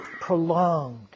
prolonged